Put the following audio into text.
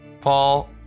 Paul